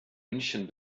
münchen